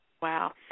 Wow